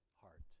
heart